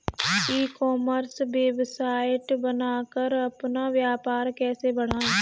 ई commerce website बनाकर अपना व्यापार कैसे बढ़ाएँ?